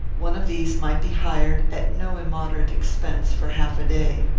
one of these might be hired, at no immoderate expense, for half a day.